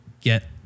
get